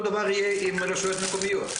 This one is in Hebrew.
אותו דבר יהיה עם הרשויות המקומיות.